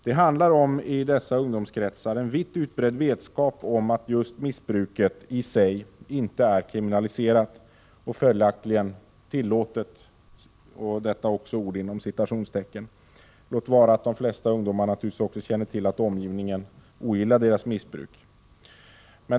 Det handlar om en i dessa ungdomskretsar vitt utbredd vetskap om att missbruket i sig icke är kriminaliserat och följaktligen ”tillåtet”, låt vara att de flesta också känner att omgivningen ogillar deras missbruk.